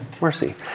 mercy